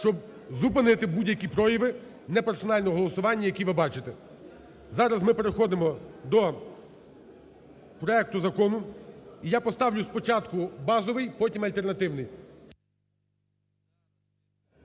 щоб зупинити будь-які прояви не персонального голосування, які ви бачите. Зараз ми переходимо до проекту закону, і я поставлю спочатку базовий, потім – альтернативний.